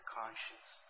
conscience